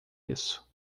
isso